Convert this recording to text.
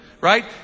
Right